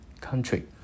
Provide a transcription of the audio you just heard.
Country